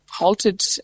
halted